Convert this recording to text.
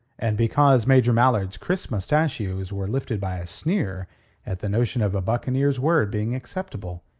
and because major mallard's crisp mostachios were lifted by a sneer at the notion of a buccaneer's word being acceptable,